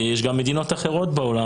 יש גם מדינות אחרות בעולם,